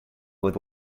with